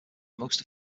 most